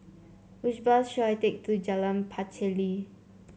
which bus should I take to Jalan Pacheli